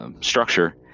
structure